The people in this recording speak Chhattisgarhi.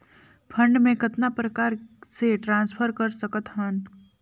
फंड मे कतना प्रकार से ट्रांसफर कर सकत हन?